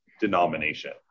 denomination